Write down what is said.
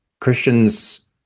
Christians